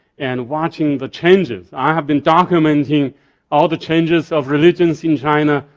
and watching the changes. i have been documenting all the changes of religions in china,